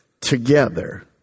together